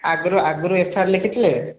ଆଗରୁ ଆଗରୁ F I R ଲେଖିଥିଲେ